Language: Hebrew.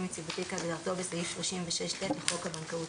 יציבותי כהגדרתו בסעיף 36ט לחוק הבנקאות